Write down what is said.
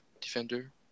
defender